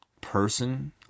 person